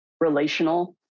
relational